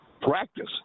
practice